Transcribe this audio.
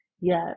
Yes